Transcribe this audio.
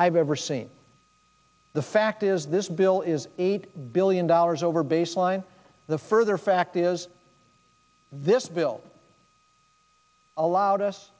i've ever seen the fact is this bill is eight billion dollars over baseline the further fact is this bill allowed us